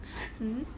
mmhmm